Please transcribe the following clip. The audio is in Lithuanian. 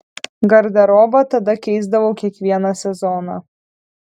garderobą tada keisdavau kiekvieną sezoną